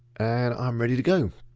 and i'm ready to go.